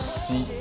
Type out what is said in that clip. see